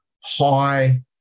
high